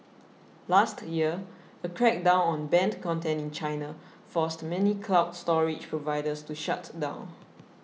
last year a crackdown on banned content in China forced many cloud storage providers to shut down